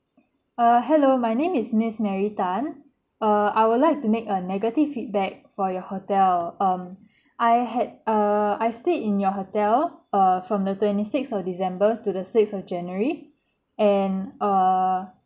uh hello my name is miss mary tan uh I would like to make a negative feedback for your hotel um I had uh I stayed in your hotel uh from the twenty sixth of december to the sixth of january and uh